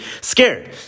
scared